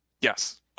Yes